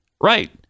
Right